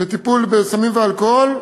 לטיפול בבעיות הסמים והאלכוהול,